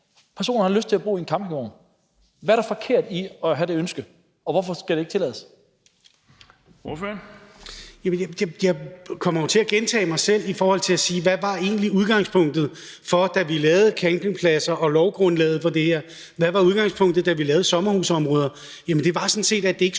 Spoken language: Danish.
var udgangspunktet, da vi lavede campingpladser, hvad der var lovgrundlaget for det her, og hvad der var udgangspunktet, da vi lavede sommerhusområder.